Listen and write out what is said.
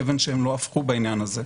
אין אבן שהם לא הפכו בעניין הזה,